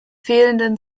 fehlenden